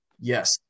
Yes